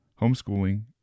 Homeschooling